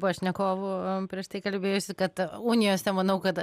pašnekovu prieš tai kalbėjusiu kad unijos nemanau kad